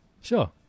Sure